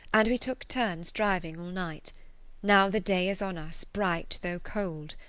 and we took turns driving all night now the day is on us, bright though cold.